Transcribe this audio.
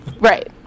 Right